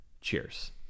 cheers